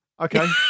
Okay